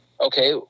okay